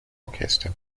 orchester